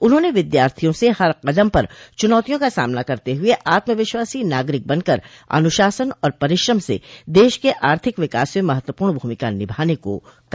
उन्होंने विद्यार्थियों से हर कदम पर चुनौतियों का सामना करते हुए आत्मविश्वासी नागरिक बनकर अनुशासन और परिश्रम से देश के आर्थिक विकास में महत्वपूर्ण भूमिका निभाने को कहा